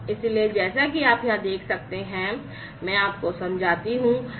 इसलिए जैसा कि आप यहाँ देख सकते हैं मैं इसे आपको समझाता हूँ